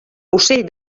ocell